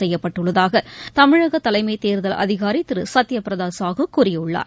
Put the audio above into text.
செய்யப்பட்டுள்ளதாகதமிழகதலைமைத் தேர்தல் அதிகாரிதிருசத்யபிரதாசாஹூ கூறியிருக்கிறார்